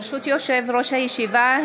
ברשות יושב-ראש הישיבה,